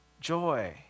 Joy